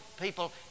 people